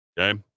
Okay